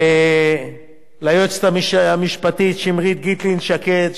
וליועצת המשפטית שמרית גיטלין-שקד,